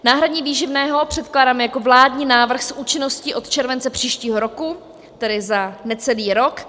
Náhradní výživné předkládám jako vládní návrh s účinností od července příštího roku, tedy za necelý rok.